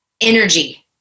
energy